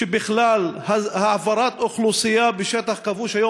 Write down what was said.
שבכלל העברת אוכלוסייה בשטח כבוש היום